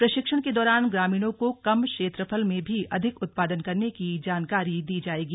प्रशिक्षण के दौरान ग्रामीणों को कम क्षेत्रफल में भी अधिक उत्पादन करने की जानकारी दी जाएगी